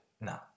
No